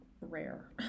rare